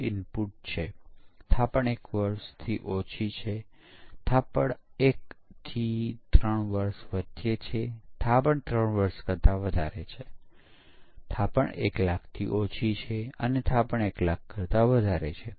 આપણે કલ્પના કરી શકીએ કે ત્યાં અમુક પ્રકારના દોષો છે અને પ્રકારોની સંખ્યા પણ ખૂબ મોટી હોઈ શકે છે કારણ કે પ્રોગ્રામર કોડ લખતી વખતે ઘણી પ્રકારની ભૂલો કરી શકે છે